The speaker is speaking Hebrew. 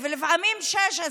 ולפעמים 16,